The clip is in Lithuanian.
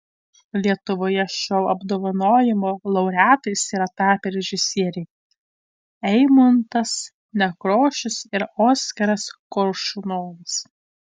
lietuvoje šio apdovanojimo laureatais yra tapę režisieriai eimuntas nekrošius ir oskaras koršunovas